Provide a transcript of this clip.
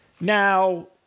Now